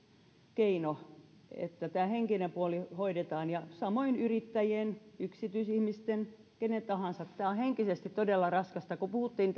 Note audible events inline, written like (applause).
keino että tämä henkinen puoli hoidetaan ja samoin yrittäjien yksityisten ihmisten kenen tahansa tämä on henkisesti todella raskasta kun puhuttiin (unintelligible)